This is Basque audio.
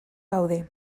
gaude